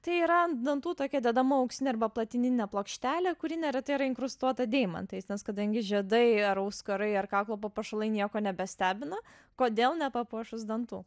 tai yra an dantų tokia dedama auksinė arba platininė plokštelė kuri neretai yra inkrustuota deimantais nes kadangi žiedai ar auskarai ar kaklo papuošalai nieko nebestebina kodėl nepapuošus dantų